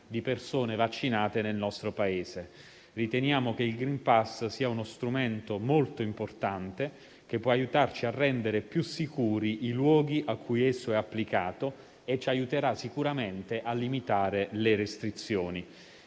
di persone vaccinate nel nostro Paese. Riteniamo che il *green pass* sia uno strumento molto importante che può aiutarci a rendere più sicuri i luoghi in cui esso è applicato e che ci aiuterà sicuramente a limitare le restrizioni.